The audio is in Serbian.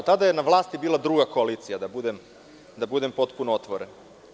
Tada je na vlasti bila druga koalicija, da budem potpuno otvoren.